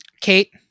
Kate